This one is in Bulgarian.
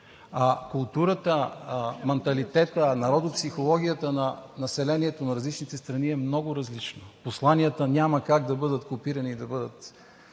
Културата, манталитета, народопсихологията на населението на различните страни е много различна. Посланията няма как да бъдат копирани и да бъдат